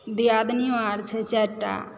दिआदिनो आर छै चारिटा